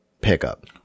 pickup